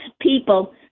people